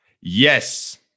Yes